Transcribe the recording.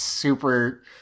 Super